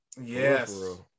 Yes